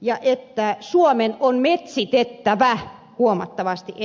ja että suomen on metsitettävä huomattavasti enemmän